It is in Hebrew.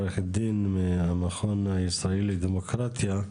עורכת דין מהמכון הישראלי לדמוקרטיה.